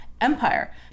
Empire